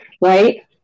right